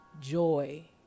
joy